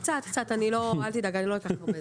קצת, אל תדאג אני לא אקח הרבה זמן.